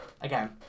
Again